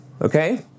okay